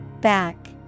Back